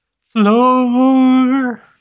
Floor